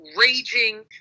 raging